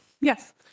yes